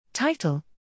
Title